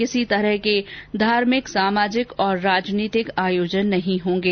किसी तरह के धार्मिक सामाजिक और राजनीतिक आयोजन नहीं होंगे